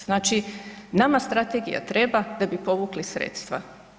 Znači nama strategija treba da bi povukli sredstva.